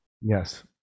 Yes